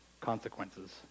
consequences